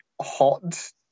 hot